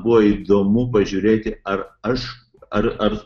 buvo įdomu pažiūrėti ar aš ar ar